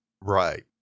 Right